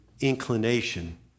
inclination